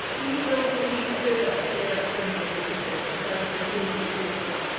even though we need further fairer funding to wales, and i will continue to call for this.